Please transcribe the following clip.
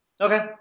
okay